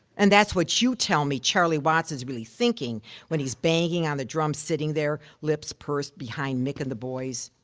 and that's what you tell me charlie watts is really thinking when he's banging on the drums, sitting there lips pursed behind mick and the boys.